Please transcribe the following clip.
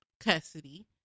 Custody